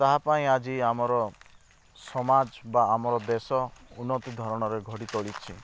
ତାହା ପାଇଁ ଆଜି ଆମର ସମାଜ ବା ଆମର ଦେଶ ଉନ୍ନତି ଧରଣର ଗଢ଼ି ତୋଳିଛି